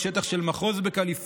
שהיא כמו שטח של מחוז בקליפורניה,